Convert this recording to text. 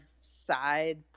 side